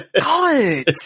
god